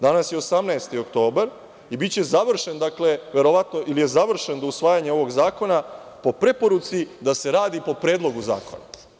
Danas je 18. oktobar i biće završen, ili je završen, do usvajanja ovog zakona, po preporuci da se radi po predlogu zakona.